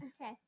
Okay